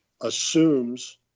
assumes